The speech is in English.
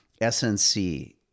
SNC